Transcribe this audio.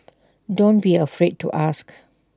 don't be afraid to ask